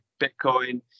Bitcoin